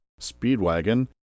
Speedwagon